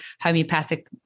homeopathic